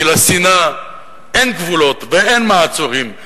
כי לשנאה אין גבולות ואין מעצורים,